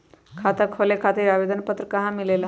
खाता खोले खातीर आवेदन पत्र कहा मिलेला?